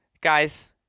guys